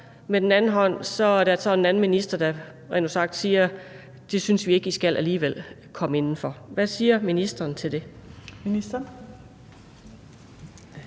på den anden side siger fra en anden ministers side, at det synes man ikke at de skal alligevel. Hvad siger ministeren til det?